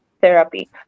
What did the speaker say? therapy